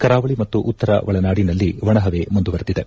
ಕರಾವಳಿ ಮತ್ತು ಉತ್ತರ ಒಳನಾಡಿನಲ್ಲಿ ಒಣಹವೆ ಮುಂದುವರೆದಿದೆ